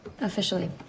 Officially